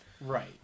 Right